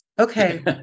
Okay